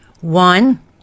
One